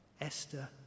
Esther